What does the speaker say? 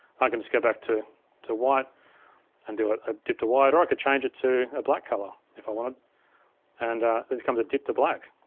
i can just go back to to white and do a dip to white, or i could change it to a black color if i wanted and it becomes a dip to black.